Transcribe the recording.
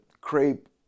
crepe